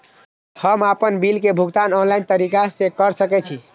हम आपन बिल के भुगतान ऑनलाइन तरीका से कर सके छी?